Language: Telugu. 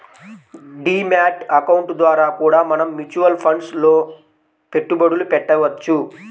డీ మ్యాట్ అకౌంట్ ద్వారా కూడా మనం మ్యూచువల్ ఫండ్స్ లో పెట్టుబడులు పెట్టవచ్చు